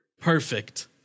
perfect